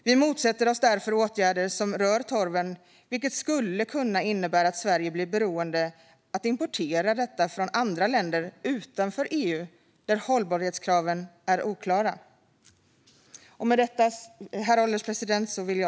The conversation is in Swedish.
Vi motsätter oss därför åtgärder som rör torven, vilket skulle kunna innebära att Sverige blir beroende av att importera torv från andra länder utanför EU där hållbarhetskraven är oklara.